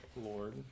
Lord